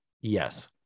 Yes